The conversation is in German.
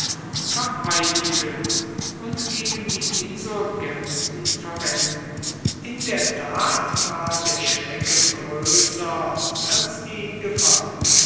vereinigen und gegen die insurgenten verwenden in der tat war der schrecken größer als die gefahr